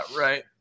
right